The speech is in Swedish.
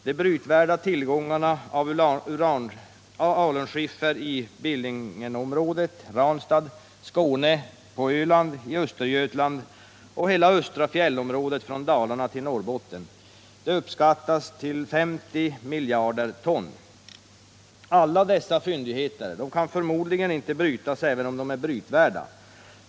De brytvärda tillgångarna av alunskiffer — i Billingenområdet , i Skåne, på Öland, i Östergötland och i hela östra fjällområdet från Dalarna till Norrbotten — uppskattas till 50 miljarder ton. Alla dessa fyndigheter kan förmodligen inte brytas även om de är brytvärda.